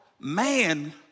man